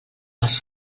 les